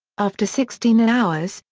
after sixteen and hours,